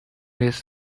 this